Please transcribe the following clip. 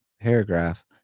paragraph